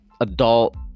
adult